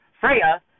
Freya